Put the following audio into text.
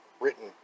written